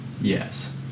Yes